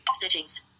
Settings